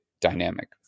dynamic